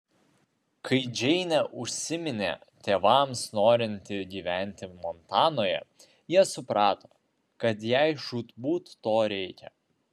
kai džeinė užsiminė tėvams norinti gyventi montanoje jie suprato kad jai žūtbūt to reikia